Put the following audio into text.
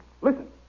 Listen